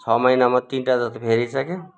छ महिनामा तिनटा जति फेरि सक्यो